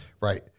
Right